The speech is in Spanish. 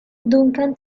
duncan